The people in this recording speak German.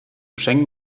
schengen